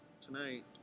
tonight